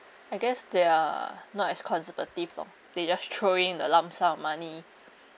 I guess they're not as conservative lor they just throw in the lump sum of money